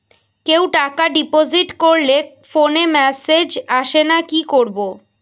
কেউ টাকা ডিপোজিট করলে ফোনে মেসেজ আসেনা কি করবো?